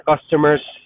customers